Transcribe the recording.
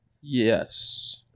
Yes